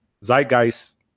zeitgeist